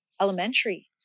elementary